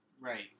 Right